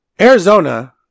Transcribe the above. Arizona